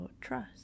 trust